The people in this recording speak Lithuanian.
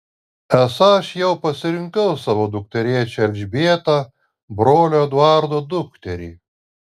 esą aš jau pasirinkau savo dukterėčią elžbietą brolio eduardo dukterį